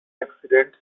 accidents